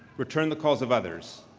return the calls of others,